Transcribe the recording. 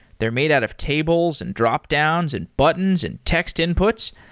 they're made out of tables, and dropdowns, and buttons, and text inputs.